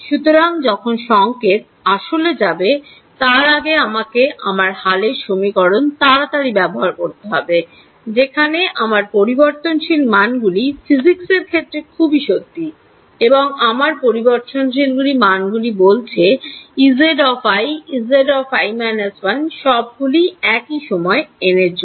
সুতরাং যখন সংকেত আসলে যাবে তার আগে আমাকে আমার হালেই সমীকরণ তাড়াতাড়ি ব্যবহার করতে হবে যেখানে আমার পরিবর্তনশীল মানগুলি physics এর ক্ষেত্রে খুবই সত্যি এবং আমার পরিবর্তনশীল মান গুলি বলছে Ez Ezi − 1 সবগুলি একই সময় n এর জন্য